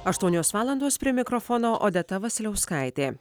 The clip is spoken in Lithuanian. aštuonios valandos prie mikrofono odeta vasiliauskaitė